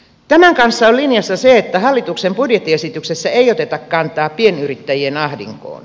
tämän kanssa on linjassa se että hallituksen budjettiesityksessä ei oteta kantaa pienyrittäjien ahdinkoon